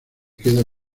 queda